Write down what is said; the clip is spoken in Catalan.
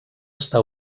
està